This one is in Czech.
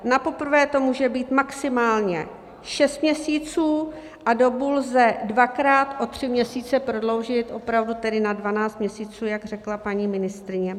Napoprvé to může být maximálně šest měsíců a dobu lze dvakrát o tři měsíce prodloužit opravdu tedy na 12 měsíců, jak řekla paní ministryně.